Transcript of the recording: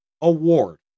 award